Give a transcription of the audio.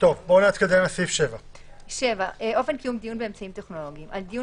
בואו נתקדם לסעיף 7. "אופן קיום דיון באמצעים טכנולוגיים 7.על דיון